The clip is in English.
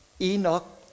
Enoch